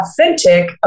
authentic